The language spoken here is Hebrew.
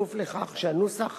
בכפוף לכך שהנוסח